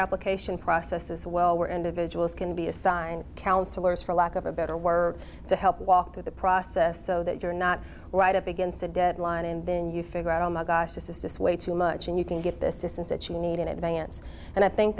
application process as well where individuals can be assigned counselors for lack of a better word to help walk the process so that you're not right up against a deadline and then you figure out on my gosh this is just way too much and you can get this distance that you need in advance and i think